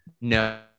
no